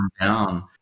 down